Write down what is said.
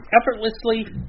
effortlessly